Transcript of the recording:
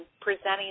presenting